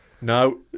No